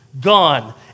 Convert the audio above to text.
gone